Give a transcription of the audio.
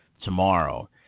tomorrow